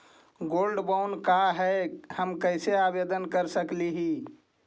Gold bond का है, हम कैसे आवेदन कर सकली ही?